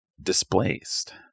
displaced